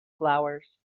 flowers